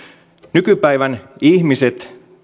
nykypäivän ihmiset